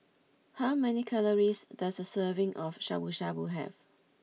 how many calories does a serving of Shabu Shabu have